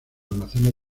almacenes